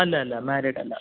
അല്ല അല്ല മാരീഡ് അല്ല